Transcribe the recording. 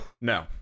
No